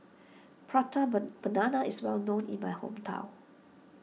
Prata Banana is well known in my hometown